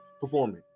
performing